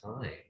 time